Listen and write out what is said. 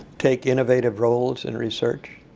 take innovative goals in research.